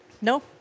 no